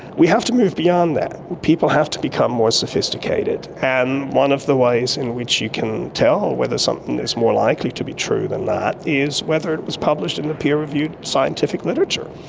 we have to move beyond that, people have to become more sophisticated. and one of the ways in which you can tell whether something is more likely to be true than that is whether it was published in the peer-reviewed scientific literature.